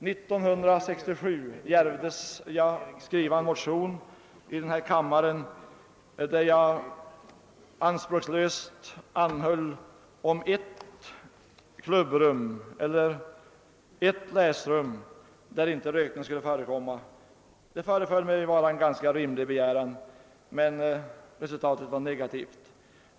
1967 djärvdes jag skriva en motion i denna kammare i vilken jag anspråkslöst anhöll om ett läsrum där rökning inte skulle få förekomma. Detta föreföll mig vara en ganska rimlig begäran, men resultatet blev negativt.